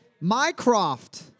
Mycroft